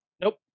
Nope